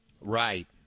Right